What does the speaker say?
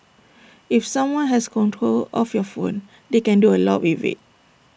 if someone has control of your phone they can do A lot with IT